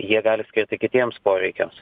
jie gali skirti kitiems poreikiams